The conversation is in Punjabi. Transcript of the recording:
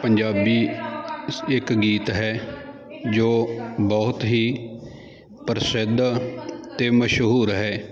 ਪੰਜਾਬੀ ਇੱਕ ਗੀਤ ਹੈ ਜੋ ਬਹੁਤ ਹੀ ਪ੍ਰਸਿੱਧ ਅਤੇ ਮਸ਼ਹੂਰ ਹੈ